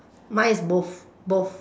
mine is both both